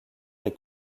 des